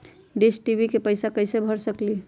Dish TV के पैईसा कईसे भर सकली?